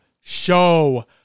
show